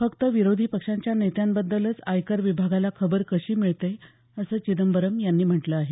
फक्त विरोधी पक्षांच्या नेत्यांबद्दलच आयकर विभागाला खबर कशी मिळते असं चिदंबरम यांनी म्हटलं आहे